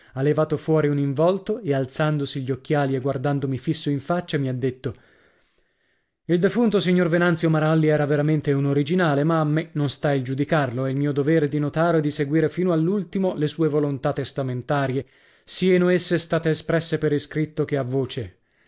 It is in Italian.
ha levato fuori un involto e alzandosi gli occhiali e guardandomi fisso in faccia mi ha detto il defunto signor venanzio maralli era veramente un originale ma a me non sta il giudicarlo e il mio dovere di notaro è di seguire fino all'ultimo le sue volontà testamentarie sieno esse state espresse per iscritto che a voce